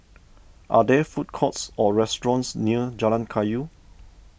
are there food courts or restaurants near Jalan Kayu